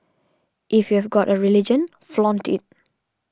if you've got a religion flaunt it